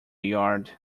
yard